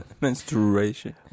Menstruation